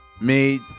made